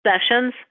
sessions